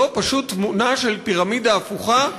זו פשוט תמונה של פירמידה הפוכה,